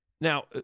Now